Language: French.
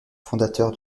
fondateur